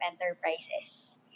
enterprises